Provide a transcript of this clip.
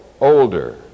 older